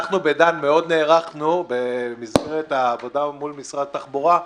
אנחנו ב"דן" מאוד נערכנו במסגרת העבודה מול משרד התחבורה,